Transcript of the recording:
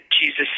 Jesus